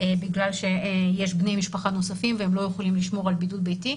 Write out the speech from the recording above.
בגלל שיש בני משפחה נוספים והם לא יכולים לשמור על בידוד ביתי,